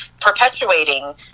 Perpetuating